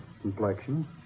complexion